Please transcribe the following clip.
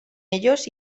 ellos